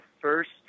first